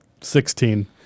Sixteen